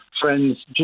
friend's